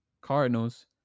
Cardinals